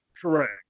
Correct